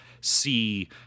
see